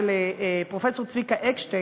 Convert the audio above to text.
של פרופסור צביקה אקשטיין,